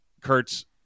Kurtz